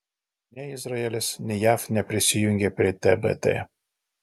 nei izraelis nei jav neprisijungė prie tbt